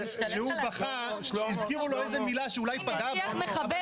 כשהוא בכה כשהזכירו לו איזו מילה שאולי פגעה בו --- אבל